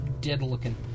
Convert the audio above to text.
dead-looking